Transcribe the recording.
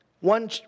One